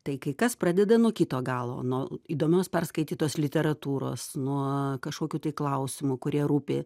tai kai kas pradeda nuo kito galo nuo įdomios perskaitytos literatūros nuo kažkokių klausimų kurie rūpi